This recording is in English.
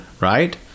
right